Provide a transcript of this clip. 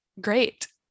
great